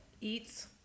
Eats